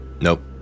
Nope